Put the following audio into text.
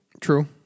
True